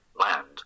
land